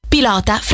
Pilota